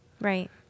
right